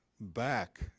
back